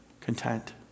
content